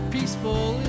Peaceful